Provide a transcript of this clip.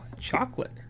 chocolate